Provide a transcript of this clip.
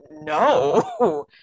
No